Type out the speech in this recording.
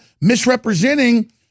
misrepresenting